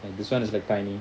like this one is like tiny